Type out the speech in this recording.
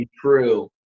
true